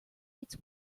its